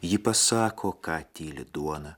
ji pasako ką tyli duoną